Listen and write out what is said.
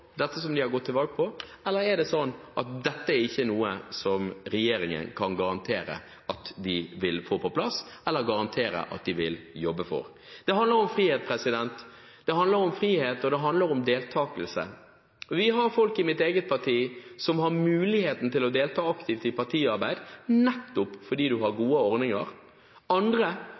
dette som de har gått til valg på – eller er det sånn at dette ikke er noe som regjeringen kan garantere at de vil få på plass, eller garantere at de vil jobbe for? Det handler om frihet, og det handler om deltakelse. Vi har folk i mitt eget parti som har muligheten til å delta aktivt i partiarbeid, nettopp fordi man har gode ordninger. Andre